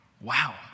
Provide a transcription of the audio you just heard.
wow